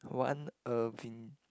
one Ervin